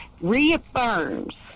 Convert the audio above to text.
Reaffirms